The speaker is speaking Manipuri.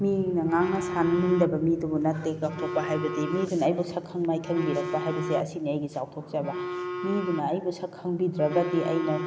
ꯃꯤꯅ ꯉꯥꯡꯅ ꯁꯥꯟꯅꯅꯤꯡꯗꯕ ꯃꯤꯗꯨꯕꯨ ꯅꯠꯇꯦ ꯆꯥꯎꯊꯣꯛꯄ ꯍꯥꯏꯕꯗꯤ ꯃꯤꯗꯨꯅ ꯑꯩꯕꯨ ꯁꯛꯈꯪ ꯃꯥꯏꯈꯪꯕꯤꯔꯛꯄ ꯍꯥꯏꯕꯁꯦ ꯑꯁꯤꯅꯤ ꯑꯩꯒꯤ ꯆꯥꯎꯊꯣꯛꯆꯕ ꯃꯤꯗꯨꯅ ꯑꯩꯕꯨ ꯁꯛꯈꯪꯕꯤꯗ꯭ꯔꯒꯗꯤ ꯑꯩꯅ